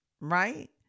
right